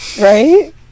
Right